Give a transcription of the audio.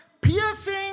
Piercing